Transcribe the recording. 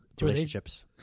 relationships